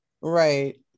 Right